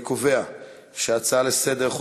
אני קובע שהצעה לסדר-היום,